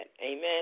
Amen